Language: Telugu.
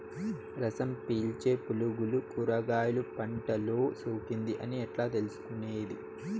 రసం పీల్చే పులుగులు కూరగాయలు పంటలో సోకింది అని ఎట్లా తెలుసుకునేది?